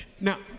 Now